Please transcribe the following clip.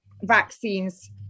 vaccines